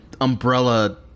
umbrella